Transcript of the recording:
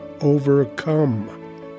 overcome